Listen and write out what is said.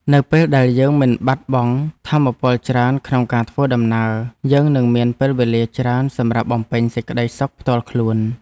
នៅពេលដែលយើងមិនបាត់បង់ថាមពលច្រើនក្នុងការធ្វើដំណើរ យើងនឹងមានពេលវេលាច្រើនសម្រាប់បំពេញសេចក្តីសុខផ្ទាល់ខ្លួន។